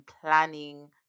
planning